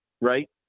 Right